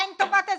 אין טובת אזרח?